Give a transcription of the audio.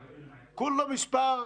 קיבלנו הסברים והמסקנה שלנו,